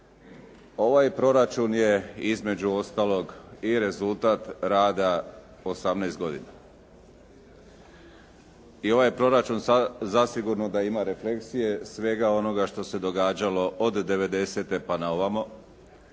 Ovaj proračun je između ostalog i rezultat rada 18 godina. I ovaj proračun zasigurno da ima refleksije svega onoga što se događalo od '90. pa na ovamo.